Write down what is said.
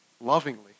lovingly